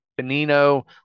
Benino